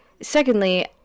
Secondly